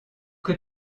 que